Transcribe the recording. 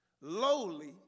lowly